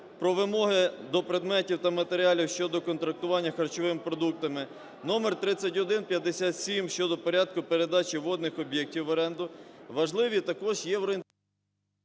про вимоги до предметів та матеріалів щодо контактування харчовими продуктами, № 3157 – щодо порядку передачі водних об'єктів в оренду, важливі також… ГОЛОВУЮЧИЙ.